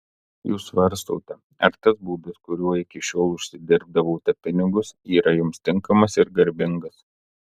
jūs svarstote ar tas būdas kuriuo iki šiol užsidirbdavote pinigus yra jums tinkamas ir garbingas